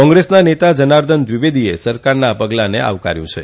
કોંગ્રેસના નેતા જનાર્દન દ્વિવેદીએ સરકારના આ પગલાંને આવકાર્યું છે